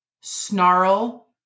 snarl